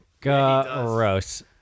Gross